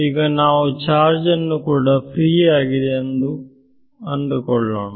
ಈಗ ನಾವು ಚಾರ್ಜನ್ನು ಕೂಡ ಫ್ರೀ ಆಗಿದೆ ಎಂದು ಅಂದುಕೊಳ್ಳೋಣ